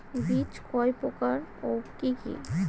বীজ কয় প্রকার ও কি কি?